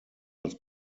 als